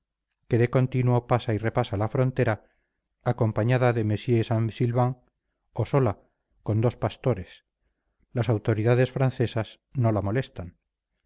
de continuo pasa y repasa la frontera acompañada de monsieur saint silvain o sola con dos pastores las autoridades francesas no la molestan